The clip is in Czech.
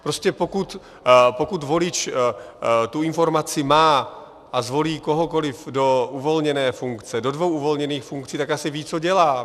Prostě pokud volič tu informaci má a zvolí kohokoliv do uvolněné funkce, do dvou uvolněných funkcí, tak asi ví, co dělá.